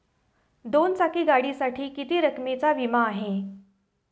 दोन चाकी गाडीसाठी किती रकमेचा विमा आहे?